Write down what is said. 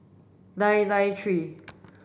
nine nine three